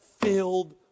filled